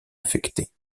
affectés